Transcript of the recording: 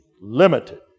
limited